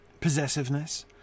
possessiveness